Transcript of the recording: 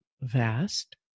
vast